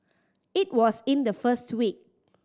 it was in the first week